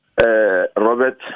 Robert